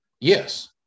Yes